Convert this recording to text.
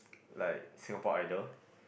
like Singapore Idol